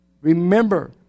Remember